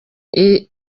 iki